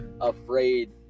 afraid